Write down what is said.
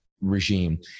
regime